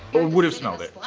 would have smelled it.